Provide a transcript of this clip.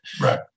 Right